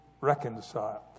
reconciled